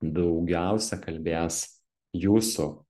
daugiausia kalbės jūsų